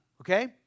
okay